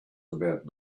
about